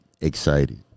excited